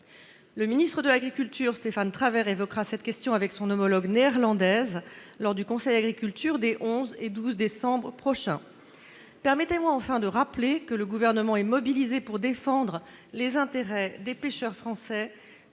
Le ministre de l'agriculture Stéphane Travert évoquera, quant à lui, cette question avec son homologue néerlandaise lors du conseil des ministres de l'agriculture des 11 et 12 décembre prochains. Permettez-moi enfin de rappeler que le Gouvernement est mobilisé pour défendre les intérêts des pêcheurs français,